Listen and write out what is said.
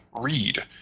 read